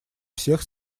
всех